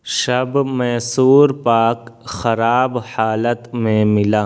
شب میسور پاک خراب حالت میں ملا